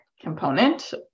component